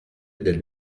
del